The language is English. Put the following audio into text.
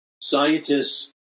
scientists